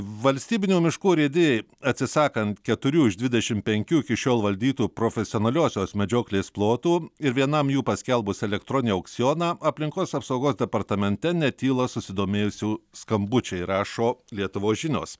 valstybinių miškų urėdijai atsisakant keturių iš dvidešim penkių iki šiol valdytų profesionaliosios medžioklės plotų ir vienam jų paskelbus elektroninį aukcioną aplinkos apsaugos departamente netyla susidomėjusių skambučiai rašo lietuvos žinios